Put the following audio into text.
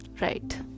right